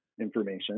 information